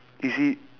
is he